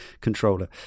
controller